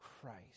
Christ